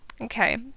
okay